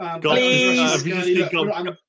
Please